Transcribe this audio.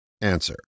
Answer